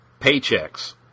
paychecks